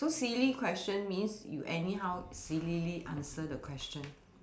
so silly question means you anyhow sillily answer the question